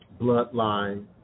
bloodline